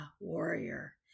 warrior